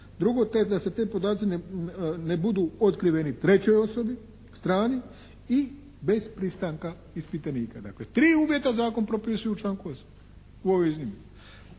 drugo te da se te podaci, ne budu otkriveni trećoj osobi, strani i bez pristanka ispitanika. Dakle, tri uvjeta zakon propisuje u članku 8. u ovim iznimki.